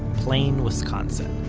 plain, wisconsin.